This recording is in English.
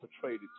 portrayed